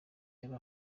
yari